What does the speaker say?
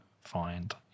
find